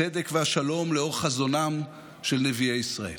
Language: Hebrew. הצדק והשלום לאור חזונם של נביאי ישראל.